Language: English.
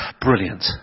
Brilliant